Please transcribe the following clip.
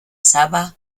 sabah